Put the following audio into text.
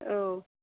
औ